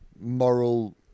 moral